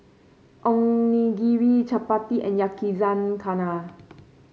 Onigiri Chapati and Yakizakana